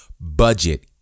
budget